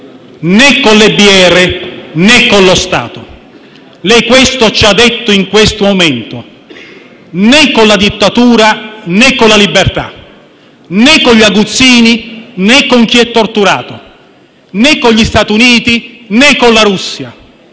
né con le BR, né con lo Stato. Questo ci ha detto lei, al momento: né con la dittatura, né con la libertà; né con gli aguzzini, né con chi è torturato; né con gli Stati Uniti, né con la Russia.